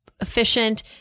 efficient